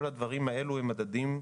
כל הדברים האלו הם מדדים.